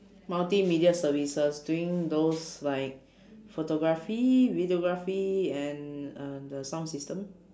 multimedia services doing those like photography videography and uh the sound system